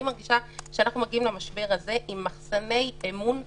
אני מרגישה שאנחנו מגיעים למשבר הזה עם מחסני אמון שרופים,